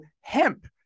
hemp